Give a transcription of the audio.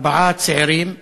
ארבעה צעירים,